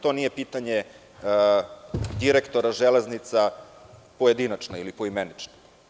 To nije pitanje direktora „Železnica“ pojedinačno ili poimenično.